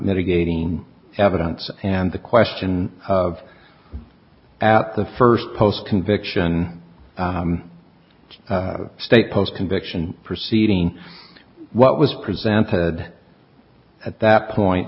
mitigating evidence and the question of at the first post conviction state post conviction proceeding what was presented at that point